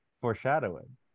foreshadowing